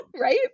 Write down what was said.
Right